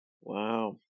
Wow